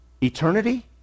Eternity